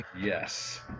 yes